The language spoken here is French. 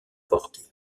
portée